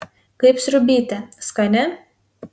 kaip sriubytė skani